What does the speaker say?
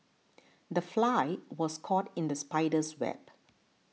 the fly was caught in the spider's web